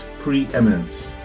preeminence